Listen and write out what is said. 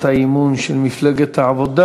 הצעת האי-אמון של מפלגת העבודה.